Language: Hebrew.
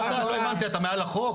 לא הבנתי אתה מעל החוק,